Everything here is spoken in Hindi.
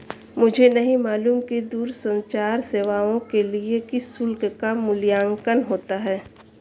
मुझे नहीं मालूम कि दूरसंचार सेवाओं के लिए किस शुल्क का मूल्यांकन होता है?